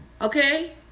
Okay